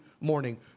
morning